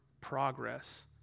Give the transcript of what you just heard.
Progress